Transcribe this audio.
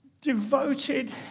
devoted